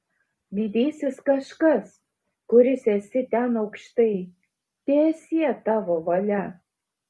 didysis kažkas kuris esi ten aukštai teesie tavo valia